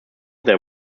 there